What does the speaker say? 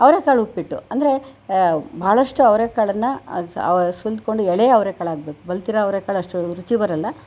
ಅವರೆಕಾಳು ಉಪ್ಪಿಟ್ಟು ಅಂದರೆ ಬಹಳಷ್ಟು ಅವರೆಕಾಳನ್ನು ಸುಲಿದುಕೊಂಡು ಎಳೆ ಅವರೆಕಾಳಾಗಬೇಕು ಬಲಿತಿರೋ ಅವರೆಕಾಳು ಅಷ್ಟು ರುಚಿ ಬರಲ್ಲ